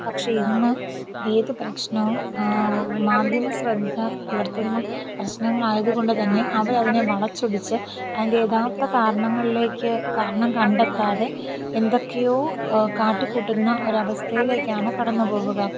പക്ഷേ ഇന്ന് ഏത് പ്രശ്നവും മാധ്യമ ശ്രദ്ധ പുലർത്തുന്ന പ്രശ്നങ്ങളായതുകൊണ്ട് തന്നെ അവർ അതിനെ വളച്ചൊടിച്ച് അതിൻ്റെ യഥാർത്ഥ കാരണങ്ങളിലേക്ക് കാരണം കണ്ടെത്താതെ എന്തൊക്കെയോ കാട്ടികൂട്ടുന്ന ഒരവസ്ഥയിലേക്കാണ് കടന്ന് പോകുക